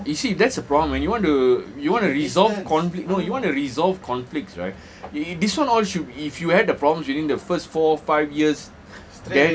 you see that's the problem when you want to you want to resolve conf~ no you want to resolve conflicts right this one all should if you have the problems within the first four five years